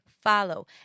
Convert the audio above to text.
follow